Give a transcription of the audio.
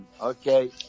Okay